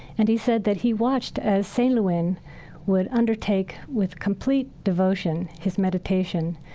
and he said that he watched as sein lwin would undertake with complete devotion his meditation,